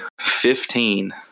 Fifteen